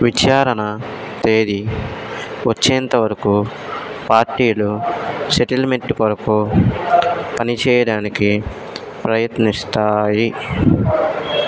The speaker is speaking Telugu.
విచారణ తేదీ వచ్చేంత వరకు పార్టీలు సెటిల్మెంట్ కొరకు పనిచేయడానికి ప్రయత్నిస్తాయి